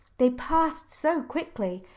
they passed so quickly,